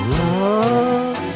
love